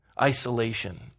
Isolation